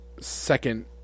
second